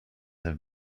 have